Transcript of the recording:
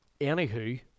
anywho